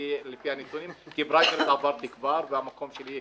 לפי הנתונים כי פריימריז עברתי כבר והמקום שלי,